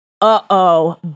uh-oh